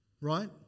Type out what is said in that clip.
right